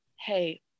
Hey